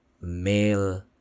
male